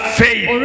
faith